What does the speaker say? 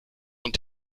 und